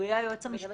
הוא יהיה היועץ המשפטי.